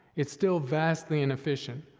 it's still vastly inefficient.